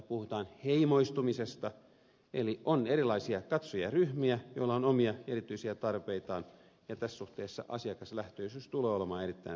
puhutaan heimoistumisesta eli on erilaisia katsojaryhmiä joilla on omia erityisiä tarpeitaan ja tässä suhteessa asiakaslähtöisyys tulee olemaan erittäin suuri haaste